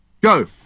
go